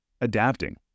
adapting